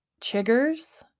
chiggers